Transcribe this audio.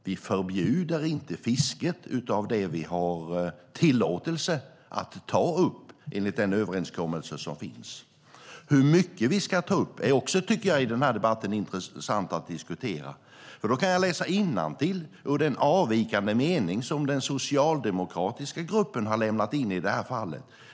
Vi förbjuder inte fisket av det vi har tillåtelse att ta upp enligt den överenskommelse som finns. Hur mycket vi ska ta upp är också intressant att diskutera i den här debatten, tycker jag. Jag kan läsa innantill ur den avvikande mening som den socialdemokratiska gruppen har lämnat in i det här ärendet.